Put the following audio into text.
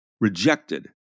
rejected